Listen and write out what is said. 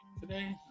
today